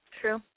True